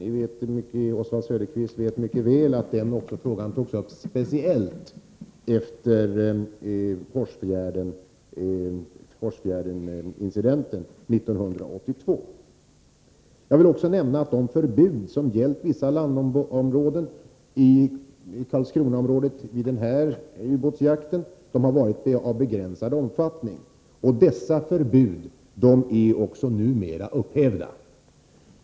Owen Söderqvist vet arbetsmöjli, g hetéri mycket väl att den frågan diskuterades speciellt efter Hårsfjärdenincidenten samband med 1982. Jag vill också nämna att de förbud som gällt vissa landområden i händelsernai Karlskronaområdet i samband med den nu aktuella ubåtsjakten har varit av Karlskrona begränsad omfattning. Förbuden är numera upphävda.